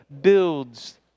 builds